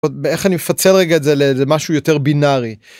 איך אני מפצל רגע את זה לאיזה משהו יותר בינארי.